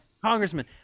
congressman